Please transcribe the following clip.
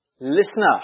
listener